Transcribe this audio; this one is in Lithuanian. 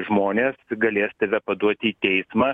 žmonės galės tave paduoti į teismą